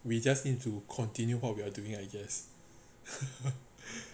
we just need to continue what we are doing I guess